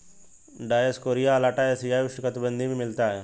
Dioscorea alata एशियाई उष्णकटिबंधीय में मिलता है